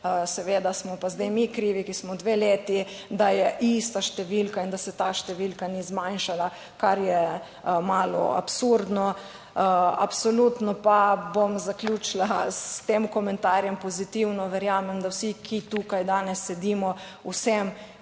seveda smo pa zdaj mi krivi, ki smo dve leti, da je ista številka in da se ta številka ni zmanjšala, kar je malo absurdno. Absolutno pa bom zaključila s tem komentarjem, pozitivno, verjamem, da vsi, ki tukaj danes sedimo, vsem